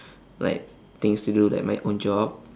like things to do like my own job